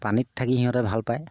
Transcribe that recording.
পানীত থাকি সিহঁতে ভাল পায়